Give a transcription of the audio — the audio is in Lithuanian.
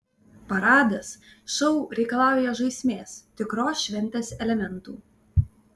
paradas šou reikalauja žaismės tikros šventės elementų